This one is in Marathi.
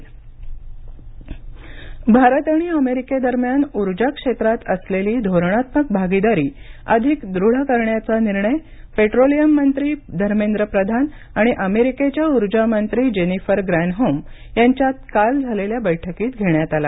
भारत अमेरिका उर्जा भारत आणि अमेरिकेदरम्यान उर्जा क्षेत्रात असलेली धोरणात्मक भागीदारी अधिक दृढ करण्याचा निर्णय पेट्रोलियम मंत्री धर्मेंद्र प्रधान आणि अमेरिकेच्या उर्जा मंत्री जेनिफर ग्रॅनहोम यांच्यात काल झालेल्या बैठकीत घेण्यात आला